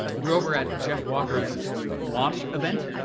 were over at jeff walker's launch event,